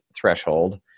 threshold